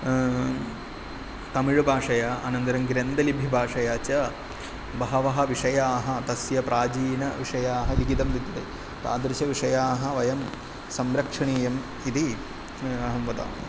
तमिळुभाषया अनन्तरं ग्रन्थलिपि भाषया च बहवः विषयाः तस्य प्राचीनविषयाः लिखितं विद्यते तादृशविषयाः वयं संरक्षणीयम् इति अहं वदामि